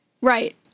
Right